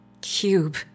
cube